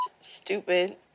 stupid